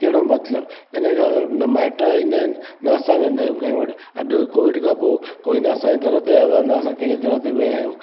कहिड़ो मतिलबु इन लाइ न माइट ईंदा आहिनि न असां वेंदा आहियूं कंहिं वटि अॼु कोविड खां पोइ न कोई न असां जे दर ते आयो आहे न असां कंहिंजे दर ते विया आहियूं